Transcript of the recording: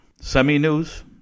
semi-news